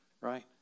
right